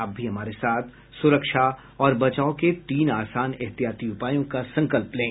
आप भी हमारे साथ सुरक्षा और बचाव के तीन आसान एहतियाती उपायों का संकल्प लें